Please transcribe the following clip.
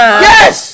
Yes